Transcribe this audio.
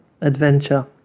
Adventure